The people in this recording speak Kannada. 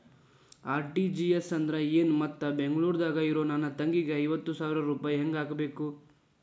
ಆರ್.ಟಿ.ಜಿ.ಎಸ್ ಅಂದ್ರ ಏನು ಮತ್ತ ಬೆಂಗಳೂರದಾಗ್ ಇರೋ ನನ್ನ ತಂಗಿಗೆ ಐವತ್ತು ಸಾವಿರ ರೂಪಾಯಿ ಹೆಂಗ್ ಹಾಕಬೇಕು?